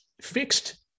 fixed